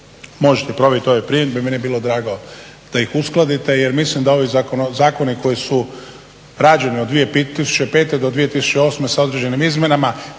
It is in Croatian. možete provjerit ove primjedbe. Meni bi bilo drago da ih uskladite jer mislim da ovi zakoni koji su rađeni od 2005. do 2008. sa određenim izmjenama